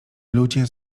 ludzie